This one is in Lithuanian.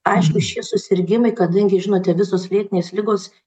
aišku šie susirgimai kadangi žinote visos lėtinės ligos